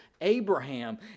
Abraham